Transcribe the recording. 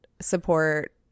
support